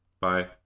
Bye